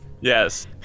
Yes